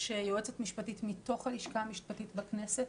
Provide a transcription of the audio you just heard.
יועצת המשפטית מתוך הלשכה המשפטית בכנסת,